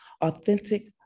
Authentic